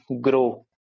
grow